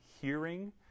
hearing